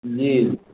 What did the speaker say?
जी